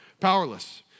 powerless